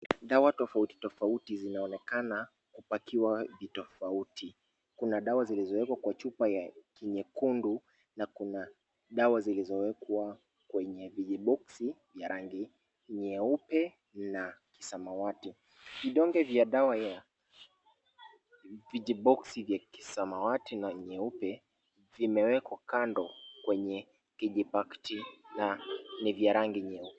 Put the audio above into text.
Dawa tofauti tofauti zinaonekana kupakiwa vitofauti. Kuna dawa zenye zilmewekwa kwenye chupa ya kinyekundu na kuna dawa zilizowekwa kwenye vijiboksi vya rangi ya nyeupe na kisamawati. Vidonge vya dawa ya vijiboksi vya kisamawati na nyeupe, vimewekwa kando kwenye kijipaketi na ni vya rangi nyeupe.